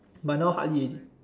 but now hardly already